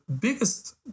biggest